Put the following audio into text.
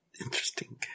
interesting